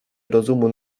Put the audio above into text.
rozumu